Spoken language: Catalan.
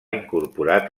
incorporat